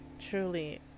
truly